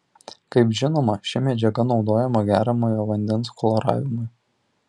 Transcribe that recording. kaip žinoma ši medžiaga naudojama geriamojo vandens chloravimui